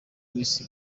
isi